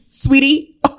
Sweetie